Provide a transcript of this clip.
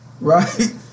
right